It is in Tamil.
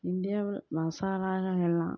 இந்தியாவில் மசாலாக்கள் எல்லாம்